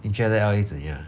你觉得 L_A 怎样 ah